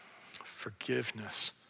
Forgiveness